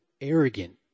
arrogant